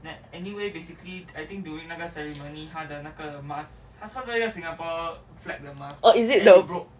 oh is it the